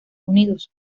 unidos